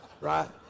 right